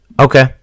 Okay